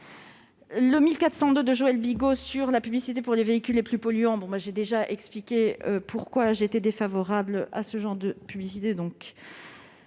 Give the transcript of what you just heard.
n° 1402 sur la publicité pour les véhicules les plus polluants, j'ai déjà expliqué pourquoi j'étais défavorable à ce genre de dispositions.